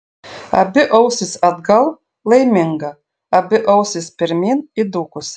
abi ausys atgal laiminga abi ausys pirmyn įdūkusi